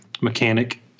mechanic